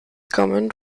comment